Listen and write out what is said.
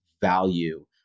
value